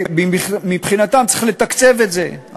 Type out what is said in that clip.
ושמבחינתם צריך לתקצב את זה,